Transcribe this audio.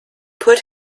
put